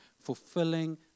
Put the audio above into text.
fulfilling